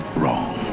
wrong